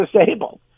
disabled